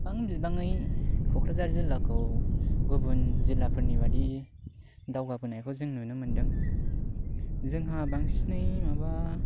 गोबां बिबाङै क'क्राझार जिल्लाखौ गुबुन जिल्लाफोरनि बायदि दावगाबोनायखौ जों नुनो मोन्दों जोंहा बांसिनै माबा